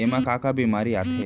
एमा का का बेमारी आथे?